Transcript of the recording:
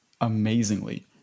amazingly